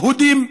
יהודים,